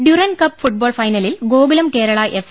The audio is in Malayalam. ഡ്യൂറന്റ്കപ്പ് ഫുട്ബോൾ ഫൈനലിൽ ഗ്യോകുലം കേരള എഫ്